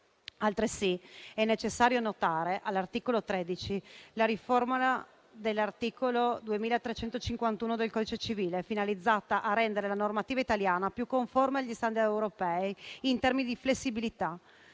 Altresì è necessario notare, all'articolo 13, la riformulazione dell'articolo 2351 del codice civile, finalizzata a rendere la normativa italiana più conforme agli *standard* europei in termini di flessibilità.